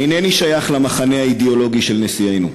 אינני שייך למחנה האידיאולוגי של נשיאנו,